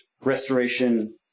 Restoration